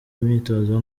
imyitozo